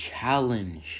challenge